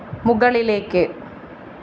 മുകളിലേക്ക്